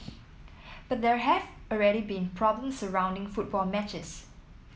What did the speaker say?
but there have already been problems surrounding football matches